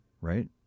right